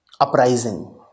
uprising